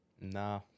Nah